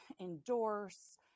endorse